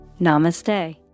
Namaste